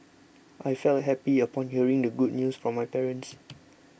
I felt happy upon hearing the good news from my parents